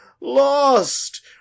Lost